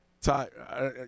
Ty